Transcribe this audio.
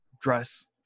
dress